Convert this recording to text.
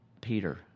Peter